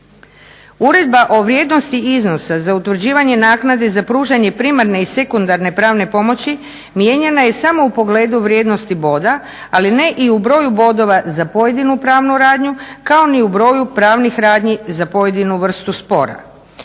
Uredba o vrijednosti iznosa za utvrđivanje naknade za pružanje primarne i sekundarne pravne pomoći mijenjana je samo u pogledu vrijednosti boda ali ne i u broju bodova za pojedinu pravnu radnju kao ni u broju pravnih radnji za pojedinu vrstu spora.